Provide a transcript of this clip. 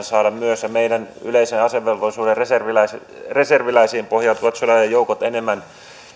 saada myös tämän vapaaehtoiskentän ja meidän yleisen asevelvollisuuden reserviläisiin pohjautuvat sodan ajan joukot enemmän